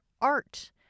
art